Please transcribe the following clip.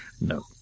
No